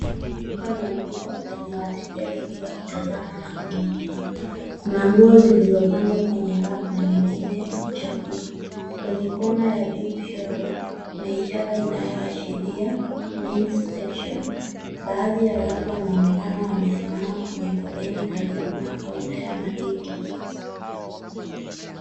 Duka la nguo lenye wateja wengi wakitazama na kununua. Kuna nguo zilizopangwa kwenye raki na wengine wakichangua. Kwenye kona ya juu kushoto, kuna ishara inayo ashiria men's section . Baadhi ya watu wanaonekana wamesimama kwenye foleni karibu ya kaunta ya malipo.